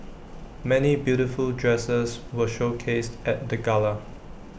many beautiful dresses were showcased at the gala